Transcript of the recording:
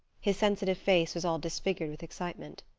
his sensitive face was all disfigured with excitement.